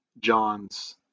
John's